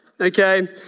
Okay